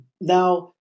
Now